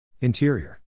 Interior